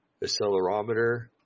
accelerometer